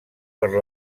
per